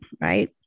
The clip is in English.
right